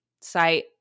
site